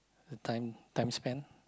the time time span